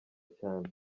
cyane